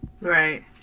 Right